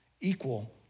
equal